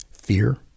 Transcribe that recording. fear